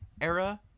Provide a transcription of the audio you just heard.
era